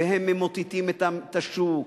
והם ממוטטים את השוק,